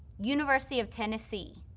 university of tennessee,